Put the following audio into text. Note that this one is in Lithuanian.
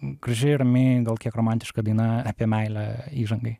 graži rami gal kiek romantiška daina apie meilę įžangai